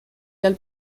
dal